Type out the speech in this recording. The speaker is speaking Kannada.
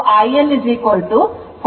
29 ಆಗಿದೆ